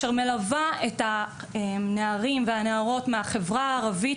שמלווה את הנערים והנערות בחברה הערבית